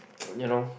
you know